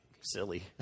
silly